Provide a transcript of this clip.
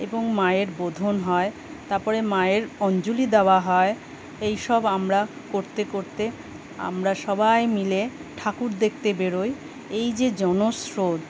এবং মায়ের বোধন হয় তারপরে মায়ের অঞ্জলি দেওয়া হয় এই সব আমরা করতে করতে আমরা সবাই মিলে ঠাকুর দেখতে বেরোই এই যে জনস্রোত